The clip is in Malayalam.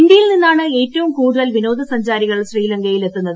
ഇന്ത്യയിൽ നിന്നാണ് ഏറ്റവും കൂടുതൽ വിനോദ സഞ്ചാരികൾ ശ്രീലങ്കയിൽ എത്തുന്നത്